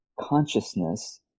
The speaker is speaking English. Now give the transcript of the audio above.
consciousness